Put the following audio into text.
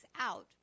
out